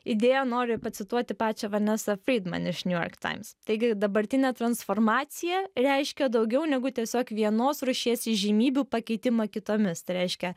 idėją noriu pacituoti pačią vanesą friedman iš new york times taigi dabartinė transformacija reiškia daugiau negu tiesiog vienos rūšies įžymybių pakeitimą kitomis tai reiškia